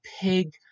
pig